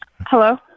Hello